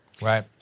Right